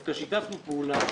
שדווקא שיתפנו פעולה,